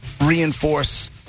reinforce